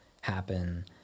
happen